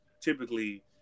typically